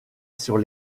sur